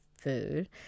food